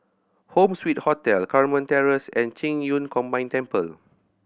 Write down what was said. Home Suite Hotel Carmen Terrace and Qing Yun Combined Temple